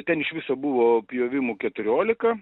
ten iš viso buvo pjovimų keturiolika